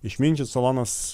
išminčius solonas